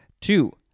Two